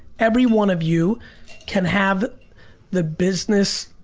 every one of you can have the business,